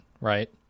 right